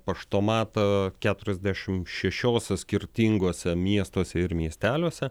paštomatą keturiasdešim šešiose skirtinguose miestuose ir miesteliuose